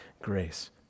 grace